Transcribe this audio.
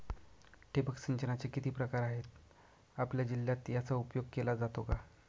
ठिबक सिंचनाचे किती प्रकार आहेत? आपल्या जिल्ह्यात याचा उपयोग केला जातो का?